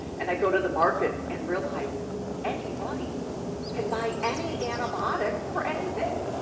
and i go to the market, and realize anybody can buy any antibiotic for anything,